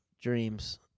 dreams